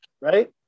right